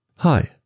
Hi